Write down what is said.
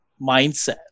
mindset